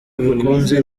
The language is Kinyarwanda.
abikunze